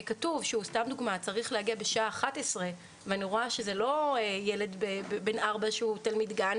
כתוב שילד צריך להגיעה בשעה 11 ואני רואה שזה לא ילד בן 4 בגן,